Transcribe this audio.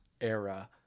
era